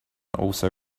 also